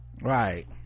Right